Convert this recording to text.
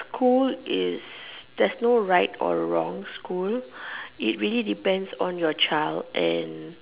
school is there's no right or wrong school it really depends on your child and